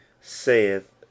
saith